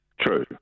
True